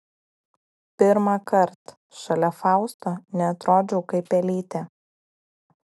pirmąkart šalia fausto neatrodžiau kaip pelytė